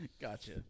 Gotcha